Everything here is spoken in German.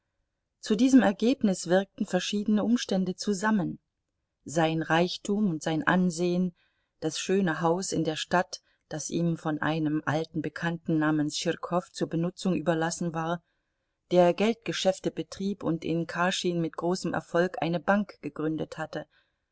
zu diesem ergebnis wirkten verschiedene umstände zusammen sein reichtum und sein ansehen das schöne haus in der stadt das ihm von einem alten bekannten namens schirkow zur benutzung überlassen war der geldgeschäfte betrieb und in kaschin mit großem erfolg eine bank gegründet hatte